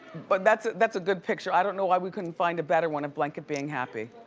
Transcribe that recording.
but that's that's a good picture. i don't know why we couldn't find a better one of blanket being happy.